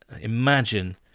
imagine